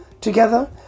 together